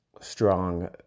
strong